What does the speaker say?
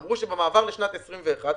אמרו שבמעבר לשנת 21',